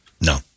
No